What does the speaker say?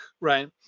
right